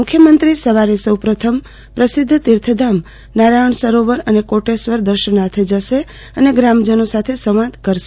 મખ્યમંત્રી સવારે સૌપ્રથમ પ્રસિધ્ધ તીર્થધામ નારાયણ સરોવર અને કોટેશ્વર દર્શનાર્થે જશે અને ગ્રામજનો સાથે સંવાદ કરશે